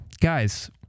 guys